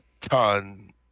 ton